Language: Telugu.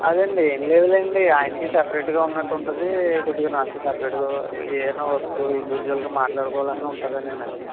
అదే అండి ఏం లేదులేండి ఆయనకి సపరేట్గా ఉన్నట్టు ఉంటుంది కొద్దిగా నాకు సపరేట్గా ఏదన్న వర్కు ఇండివిజ్యువల్గా మాట్లాడకోవాలన్న ఉంటుందని అంతే